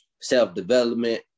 self-development